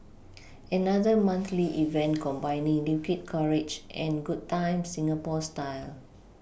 another monthly event combining liquid courage and good times Singapore style